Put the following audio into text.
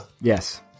Yes